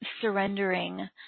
surrendering